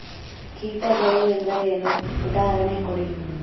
ಕೀಟಗಳು ಎಂದರೇನು? ಉದಾಹರಣೆ ಕೊಡಿ?